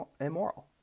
immoral